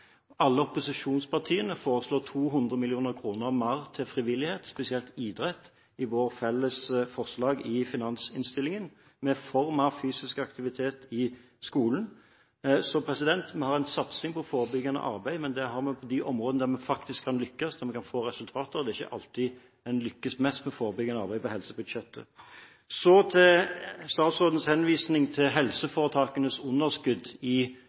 Alle opposisjonspartiene foreslår 200 mill. kr mer til frivillighet, spesielt idrett, i vårt felles forslag i finansinnstillingen. Vi er for mer fysisk aktivitet i skolen. Så vi har en satsing på forebyggende arbeid, men det har vi på de områdene der vi faktisk kan lykkes i å få resultater. Det er ikke alltid en lykkes best med forebyggende arbeid på helsebudsjettet. Så til statsrådens henvisning til helseforetakenes underskudd i de årene Høyre satt i